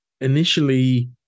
initially